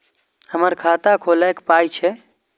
हमर खाता खौलैक पाय छै